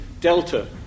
delta